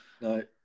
No